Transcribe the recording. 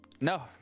no